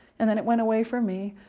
and then it went away for me.